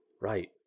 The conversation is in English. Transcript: Right